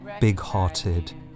big-hearted